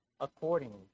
accordingly